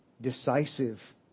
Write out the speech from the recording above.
decisive